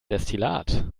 destillat